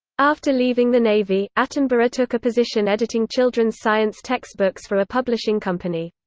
after leaving the navy, attenborough took a position editing children's science textbooks for a publishing company.